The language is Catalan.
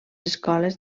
escoles